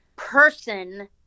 Person